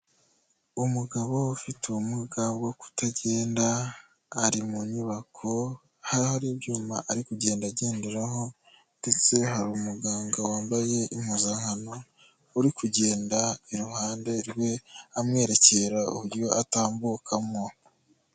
Umugabo ufite ubumuga bwo kutagenda, ari mu nyubako hari ibyuma ari kugenda agenderaho, ndetse hari umuganga wambaye impuzankano, uri kugenda iruhande rwe amwerekera uburyo atambukano